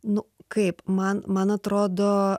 nu kaip man man atrodo